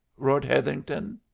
roared hetherington.